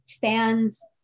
fans